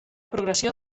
progressió